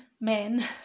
men